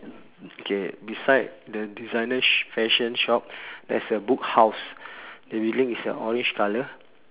okay beside the designer's fashion shop there's a book house the railing is a orange colour